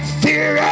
fear